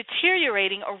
deteriorating